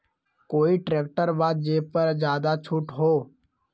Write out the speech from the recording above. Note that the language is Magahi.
कोइ ट्रैक्टर बा जे पर ज्यादा छूट हो?